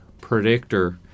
predictor